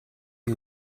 you